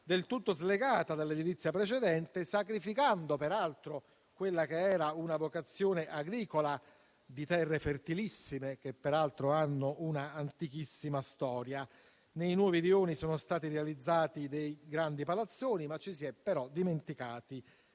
del tutto slegata dall'edilizia precedente, sacrificando peraltro quella che era una vocazione agricola di terre fertilissime, che hanno una antichissima storia. Nei nuovi rioni sono stati realizzati dei grandi palazzoni, ma ci si è dimenticati